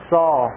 Saul